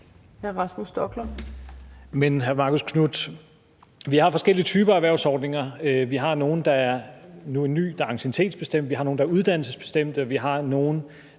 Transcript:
vi har forskellige typer af erhvervsordninger. Vi har nu en ny, der er anciennitetsbestemt, vi har nogle, der er uddannelsesbestemte, og vi har nogle,